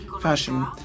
fashion